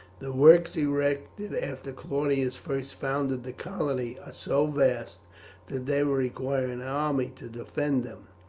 the works erected after claudius first founded the colony are so vast that they would require an army to defend them,